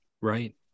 right